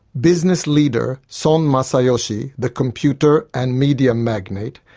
business leader son masayoshi, the computer and media magnate,